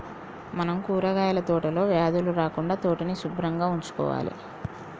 మనం కూరగాయల తోటలో వ్యాధులు రాకుండా తోటని సుభ్రంగా ఉంచుకోవాలి